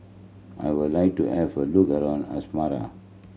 I would like to have a look around Asmara